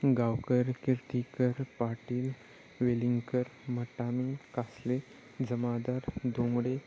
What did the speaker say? Gavkar Kirtikar Patil Velingkar Matami Kasle Jamadar Dongde